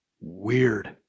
weird